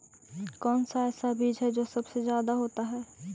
कौन सा ऐसा बीज है जो सबसे ज्यादा होता है?